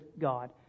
God